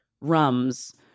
rums